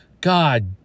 God